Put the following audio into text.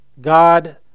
God